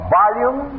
volume